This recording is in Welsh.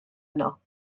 yno